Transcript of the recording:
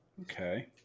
Okay